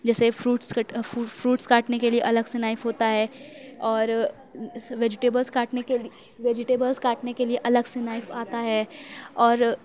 جیسے fruits cut fruits کاٹنے کے لئے الگ سے نائف ہوتا ہے اور ویجٹیبلس کاٹنے کے ویجٹیبلس کاٹنے کے لئے الگ سے نائف آتا ہے اور